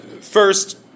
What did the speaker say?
First